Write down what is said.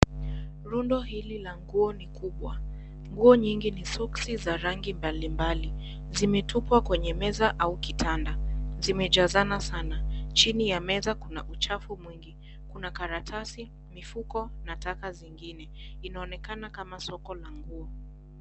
Rundo hili la nguo ni kubwa, nguo nyingi ni soksi za rangi mbalimbali zimetupwa kwenye meza au kitanda, zimejazana sana chini ya meza kuna uchafu mwingi, kuna karatasi mifuko na taka zingine, inaonekana kama soko la nguo.